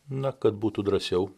na kad būtų drąsiau